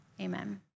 Amen